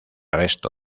resto